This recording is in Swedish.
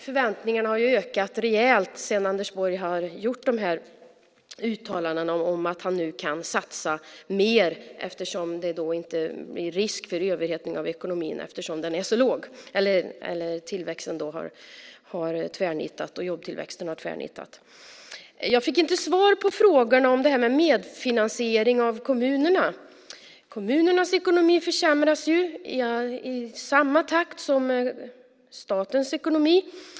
Förväntningarna har ökat rejält sedan Anders Borg har gjort uttalanden om att han kan satsa mer nu när det inte är någon risk för överhettning av ekonomin eftersom tillväxten och jobbtillväxten har tvärnitat. Jag fick inte svar på frågan om medfinansiering från kommunerna. Kommunernas ekonomi försämras ju i samma takt som statens ekonomi.